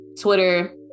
Twitter